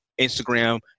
Instagram